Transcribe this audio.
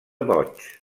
boig